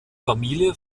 familie